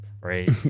right